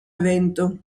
evento